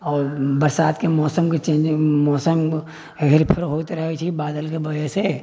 आओर बरसात के मौसम के चेन्जिंग मौसम हेरफेर होइत रहै छै बादल के बजह से